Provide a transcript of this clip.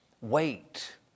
wait